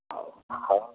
ହଉ ହଉ